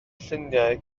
lluniau